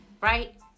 right